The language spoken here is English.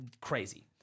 crazy